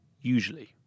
usually